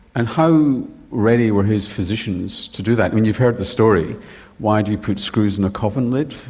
and how ready were his physicians to do that? i mean, you've heard the story why do you put screws in a coffin lid?